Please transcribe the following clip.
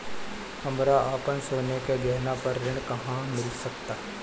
हमरा अपन सोने के गहना पर ऋण कहां मिल सकता?